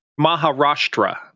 Maharashtra